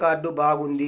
ఏ card బాగుంది?